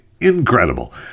Incredible